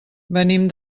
venim